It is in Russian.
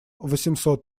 восемьсот